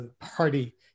party